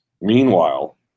Meanwhile